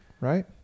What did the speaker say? right